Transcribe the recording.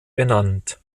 benannt